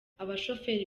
abashoferi